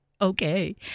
Okay